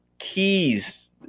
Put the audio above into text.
keys